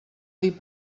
dir